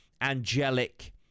angelic